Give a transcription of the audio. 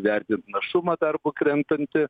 vertint našumą darbo krentantį